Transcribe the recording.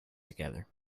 together